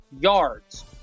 yards